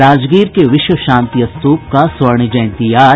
राजगीर के विश्व शांति स्तूप का स्वर्ण जयंती आज